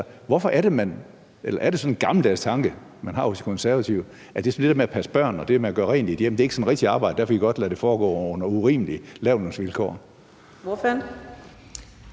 arbejde. Er det sådan en gammeldags tanke, man har hos De Konservative, at det med at passe børn og det med at gøre rent i et hjem ikke sådan er rigtigt arbejde, og derfor kan vi godt lade det foregå under nogle urimelige lavlønsvilkår?